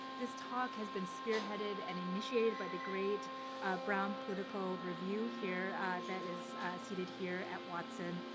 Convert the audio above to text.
this talk has been spearheaded and initiated by the great brown political review here that is seated here at watson.